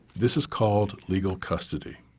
this is called legal custody.